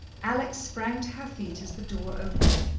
alex sprang to her feet as the door opened.